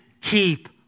keep